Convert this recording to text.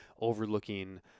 overlooking